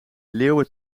leeuwen